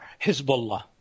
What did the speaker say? Hezbollah